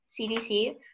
CDC